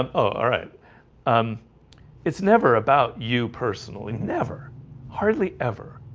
um ah right um it's never about you personally never hardly ever